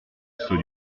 saut